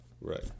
Right